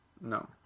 No